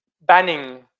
banning